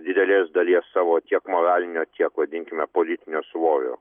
didelės dalies savo tiek moralinio tiek vadinkime politinio svorio